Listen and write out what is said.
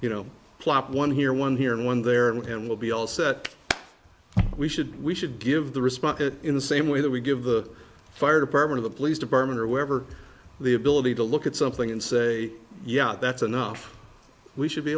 you know plop one here one here one there and we'll be all set we should we should give the response in the same way that we give the fire department the police department or whoever the ability to look at something and say yeah that's enough we should be